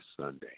Sunday